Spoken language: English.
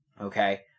okay